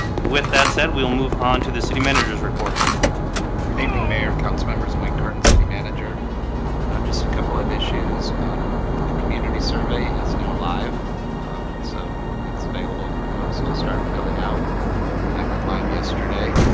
with that said we'll move on to the city manager's report good evening, mayor councilmembers my current city manager just a couple of issues the community survey is now alive so it's available for folks to start filling out and that went live yesterday